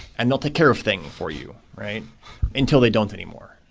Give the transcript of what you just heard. and they'll take care of things for you until they don't anymore,